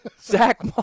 Zach